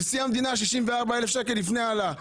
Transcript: נשיא המדינה 64,000 שקל לפני העלאה.